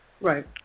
Right